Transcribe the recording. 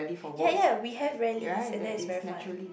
ya ya we have rallies and that is very fun